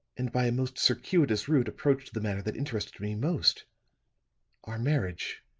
and by a most circuitous route approached the matter that interested me most our marriage.